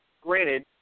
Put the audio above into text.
granted